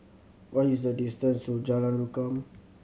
what is the distance to Jalan Rukam